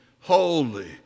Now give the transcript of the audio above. holy